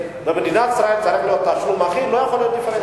במדינת ישראל צריך להיות התשלום הכי נוח ללא דיפרנציאציה.